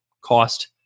cost